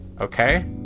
Okay